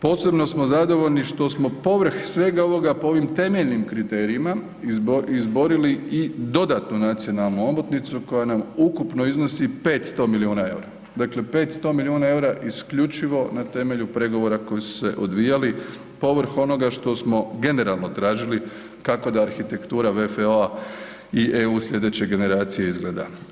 Posebno smo zadovoljni što smo povrh svega ovoga po ovim temeljnim kriterijima izborili i dodatnu nacionalnu omotnicu koja nam ukupno iznosi 500 milijuna EUR-a, dakle 500 milijuna EUR-a isključivo na temelju pregovora koji su se odvijali povrh onoga što smo generalno tražili kako da arhitektura VFO-a i EU slijedeće generacije izgleda.